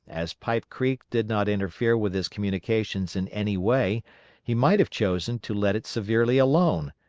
as pipe creek did not interfere with his communications in any way he might have chosen to let it severely alone,